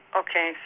okay